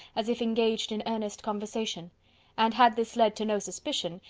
as if engaged in earnest conversation and had this led to no suspicion,